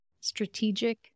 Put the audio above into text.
strategic